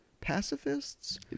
pacifists